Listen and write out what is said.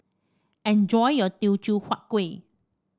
enjoy your Teochew Huat Kueh